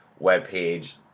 webpage